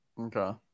Okay